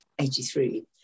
83